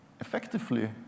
effectively